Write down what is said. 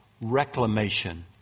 reclamation